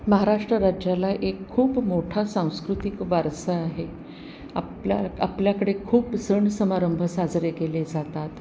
महाराष्ट्र राज्याला एक खूप मोठा सांस्कृतिक वारसा आहे आपल्या आपल्याकडे खूप सण समारंभ साजरे केले जातात